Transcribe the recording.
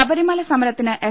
ശബരിമല സമരത്തിന് എസ്